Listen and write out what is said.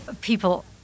People